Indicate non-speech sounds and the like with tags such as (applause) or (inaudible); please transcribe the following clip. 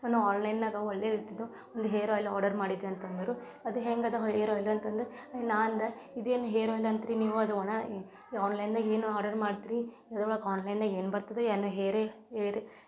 ನಾನು ಆನ್ಲೈನ್ನಾಗೆ ಒಳ್ಳೆಯ ಇದ್ದಿದ್ದು ಒಂದು ಹೇರ್ ಆಯ್ಲ್ ಆರ್ಡರ್ ಮಾಡಿದ್ದೆ ಅಂತ ಅಂದರು ಅದು ಹೆಂಗಿದೆ ಹೇರ್ ಆಯ್ಲ್ ಅಂತ ಅಂದೆ ನಾನು ಅಂದೆ ಇದೇನು ಹೇರ್ ಆಯ್ಲ್ ಅಂತೀರಿ ನೀವು ಅದು (unintelligible) ಆನ್ಲೈನ್ದಾಗೆ ಏನೋ ಆರ್ಡರ್ ಮಾಡ್ತೀರಿ (unintelligible) ಆನ್ಲೈನ್ನಾಗೆ ಏನು ಬರ್ತದ್ಯೋ ಏನೊ ಹೇರೆ ಏರೆ